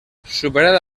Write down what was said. superada